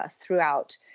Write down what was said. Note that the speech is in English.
throughout